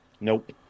nope